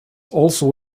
also